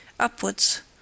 Upwards